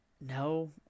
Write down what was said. No